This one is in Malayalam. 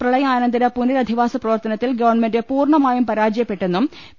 പ്രളയാനന്തര പുനരധിവാസ പ്രവർത്തനത്തിൽ ഗവൺമെന്റ് പൂർണമായും പരാജയപ്പെട്ടെന്നും പി